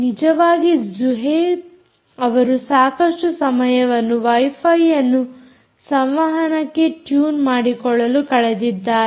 ನಿಜವಾಗಿ ಜುಹೈಬ್ ಅವರು ಸಾಕಷ್ಟು ಸಮಯವನ್ನು ವೈಫೈ ಯನ್ನು ಸಂವಹನಕ್ಕೆ ಟ್ಯೂನ್ ಮಾಡಿಕೊಳ್ಳಲು ಕಳೆದಿದ್ದಾರೆ